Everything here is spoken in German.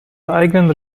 eigenen